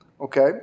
okay